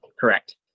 Correct